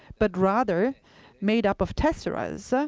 but rather made up of tesseras, so